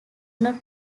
not